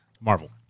Marvel